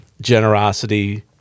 generosity